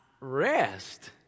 Rest